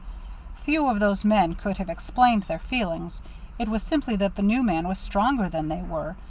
few of those men could have explained their feelings it was simply that the new man was stronger than they were,